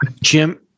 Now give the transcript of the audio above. Jim